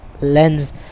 lens